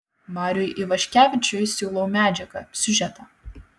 mariui ivaškevičiui siūlau medžiagą siužetą